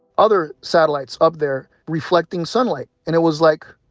other satellites up there reflecting sunlight. and it was like,